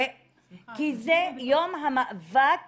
כי זה יום המאבק